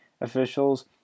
officials